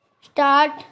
start